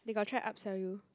they got try up sell you